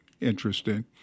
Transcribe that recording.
interesting